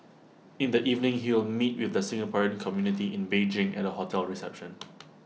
in the evening he will meet with the Singaporean community in Beijing at A hotel reception